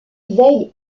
veillent